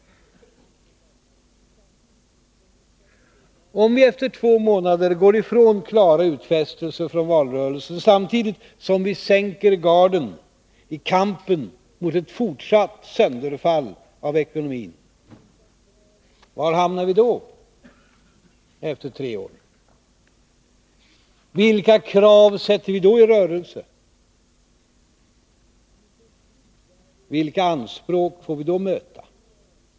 Om vi efter två månader går ifrån klara utfästelser från valrörelsen samtidigt som vi sänker garden i kampen mot ett fortsatt sönderfall av 63 ekonomin, var hamnar vi då efter tre år? Vilka krav sätter vi då i rörelse? Vilka anspråk får vi då möta?